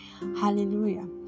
Hallelujah